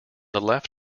left